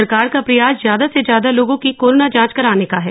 सरकार का प्रयास ज्यादा से ज्यादा लोगों की कोरोना जांच कराने का है